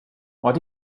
what